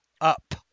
up